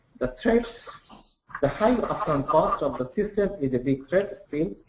the threats the high upfront cost of the system is a big threat still.